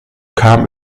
kam